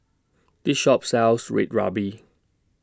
This Shop sells Red Ruby